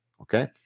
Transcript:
okay